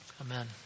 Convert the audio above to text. Amen